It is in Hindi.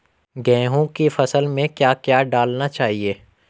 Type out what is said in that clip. गेहूँ की फसल में क्या क्या डालना चाहिए?